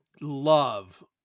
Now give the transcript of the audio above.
love